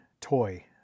toy